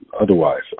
otherwise